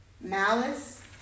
malice